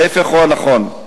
ההיפך הוא הנכון,